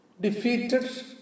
defeated